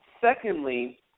Secondly